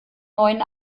neuen